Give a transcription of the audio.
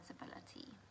responsibility